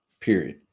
period